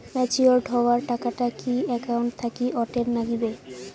Matured হওয়া টাকাটা কি একাউন্ট থাকি অটের নাগিবে?